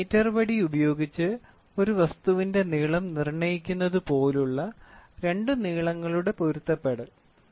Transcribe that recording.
ഒരു മീറ്റർ വടി ഉപയോഗിച്ച് ഒരു വസ്തുവിന്റെ നീളം നിർണ്ണയിക്കുന്നതുപോലുള്ള രണ്ട് നീളങ്ങളുടെ പൊരുത്തപ്പെടുത്തൽ